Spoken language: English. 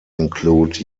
include